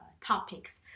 topics